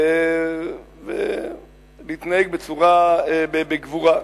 להתנהג בגבורה.